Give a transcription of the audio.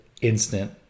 instant